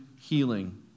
healing